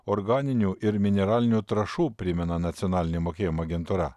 organinių ir mineralinių trąšų primena nacionalinė mokėjimo agentūra